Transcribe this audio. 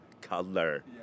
color